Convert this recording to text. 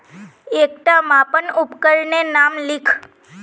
एकटा मापन उपकरनेर नाम लिख?